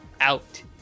out